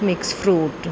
mix fruit